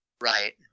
Right